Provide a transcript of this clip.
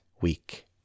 week